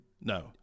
no